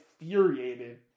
infuriated